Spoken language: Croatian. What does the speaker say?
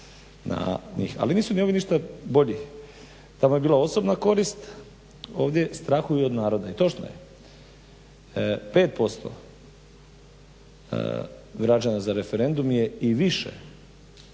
Ali nisu ni ovi ništa bolji, tamo je bila osobna korist, ovdje strahuju od naroda. I točno je 5% građana za referendum je i više